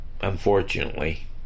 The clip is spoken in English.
unfortunately